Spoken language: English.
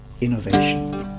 innovation